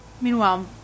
Meanwhile